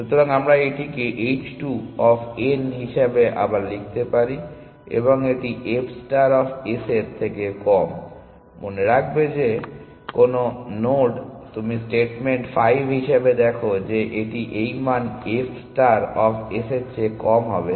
সুতরাং আমরা এটিকে H 2 অফ n হিসাবে আবার লিখতে পারি এবং এটি f ষ্টার অফ s এর থেকে কম মনে রাখবে যে কোন নোড আপনি স্টেটমেন্ট 5 হিসেবে দেখো যে এটি এই মান f ষ্টার অফ s এর চেয়ে কম হবে